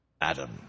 Adam